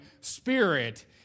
Spirit